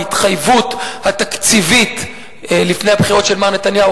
או ההתחייבות התקציבית לפני הבחירות של מר נתניהו,